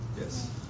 Yes